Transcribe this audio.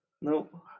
Nope